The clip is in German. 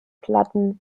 platten